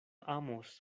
amos